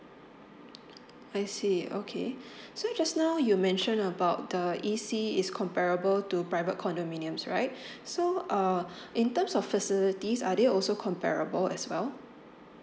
I see okay so just now you mentioned about the E_C is comparable to private condominiums right so uh in terms of facilities are they also comparable as well